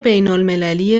بینالمللی